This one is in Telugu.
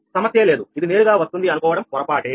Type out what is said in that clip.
సమస్య లేదు ఇది నేరుగా వస్తుంది అనుకోవడం పొరపాటే